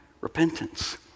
repentance